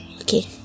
Okay